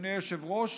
אדוני היושב-ראש,